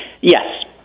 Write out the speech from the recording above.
Yes